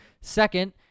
Second